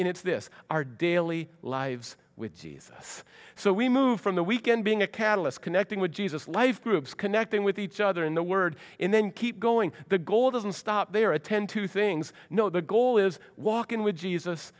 in it's this our daily lives with jesus so we move from the weekend being a catalyst connecting with jesus life groups connecting with each other in the word and then keep going the goal doesn't stop there attend to things no the goal is walking with jesus